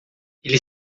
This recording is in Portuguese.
ele